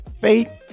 Faith